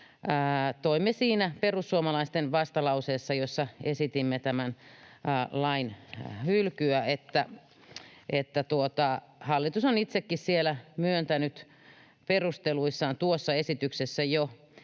esille siinä perussuomalaisten vastalauseessa, jossa esitimme tämän lain hylkyä, että hallitus on itsekin tuon esityksen perusteluissa myöntänyt jo,